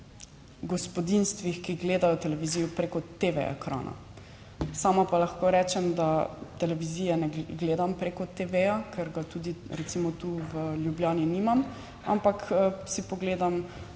gospodinjstvih, ki gledajo televizijo preko TV ekrana. sama pa lahko rečem, da televizije ne gledam preko TV, ker ga tudi recimo tu v Ljubljani nimam, ampak si pogledam